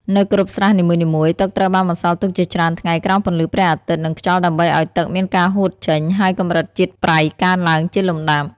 នៅគ្រប់ស្រះនីមួយៗ ទឹកត្រូវបានបន្សល់ទុកជាច្រើនថ្ងៃក្រោមពន្លឺព្រះអាទិត្យនិងខ្យល់ដើម្បីឲ្យទឹកមានការហួតចេញ ហើយកម្រិតជាតិប្រៃកើនឡើងជាលំដាប់។